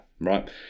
right